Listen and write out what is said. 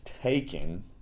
taken